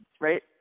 right